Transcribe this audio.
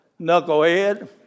Knucklehead